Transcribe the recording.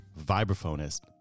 vibraphonist